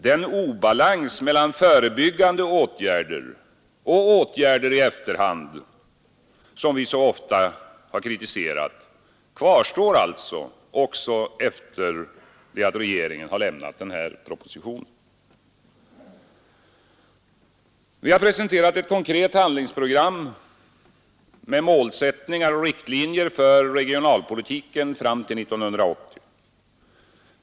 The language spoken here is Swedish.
Den obalans mellan förebyggande åtgärder och åtgärder i efterhand som vi så ofta har kritiserat kvarstår alltså även efter det att regeringen har avlämnat denna proposition. Vi har presenterat ett konkret handlingsprogram med målsättningar och riktlinjer för regionalpolitiken fram till 1980.